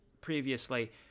previously